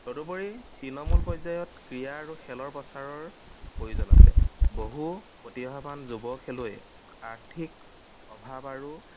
তদুপৰি তৃণমূল পৰ্যায়ত ক্ৰীড়া আৰু খেলৰ প্ৰচাৰৰ প্ৰয়োজন আছে বহু প্ৰতিভাৱান যুৱ খেলুৱৈয়ে আৰ্থিক অভাৱ আৰু